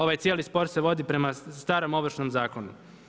Ovaj cijeli spor se vodi prema starom Ovršnom zakonu.